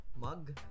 mug